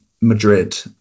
Madrid